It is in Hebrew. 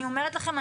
אני אומרת לכם,